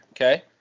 Okay